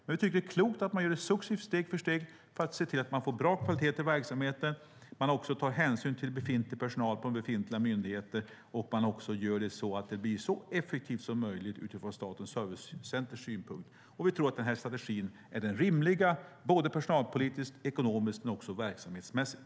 Men vi tycker att det är klokt att man gör det successivt och steg för steg för att se till att man får bra kvalitet i verksamheten och tar hänsyn till befintlig personal på befintliga myndigheter och att man också gör det så att det blir så effektivt som möjligt utifrån Statens servicecenters synpunkt. Vi tror att den här strategin är den rimliga personalpolitiskt, ekonomiskt men också verksamhetsmässigt.